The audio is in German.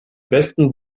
besten